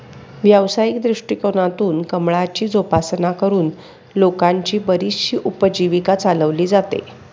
व्यावसायिक दृष्टिकोनातून कमळाची जोपासना करून लोकांची बरीचशी उपजीविका चालवली जाते